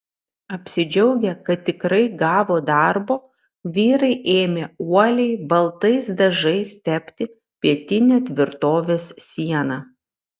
apsidžiaugę kad tikrai gavo darbo vyrai ėmė uoliai baltais dažais tepti pietinę tvirtovės sieną